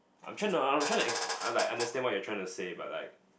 I'm tryna I'm tryna to I'm like understand what you trying to say but like